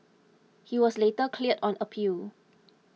he was later cleared on appeal